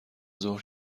ظهر